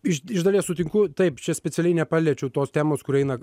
iš iš dalies sutinku taip čia specialiai nepaliečiau tos temos kur eina